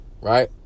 right